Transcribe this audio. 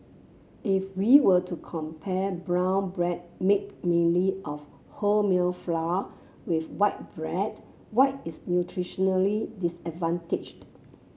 if we were to compare brown bread made mainly of wholemeal flour with white bread white is nutritionally disadvantaged